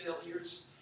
failures